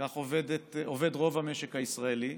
ככה עובד רוב המשק הישראלי,